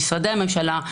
במשרדי הממשלה,